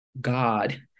God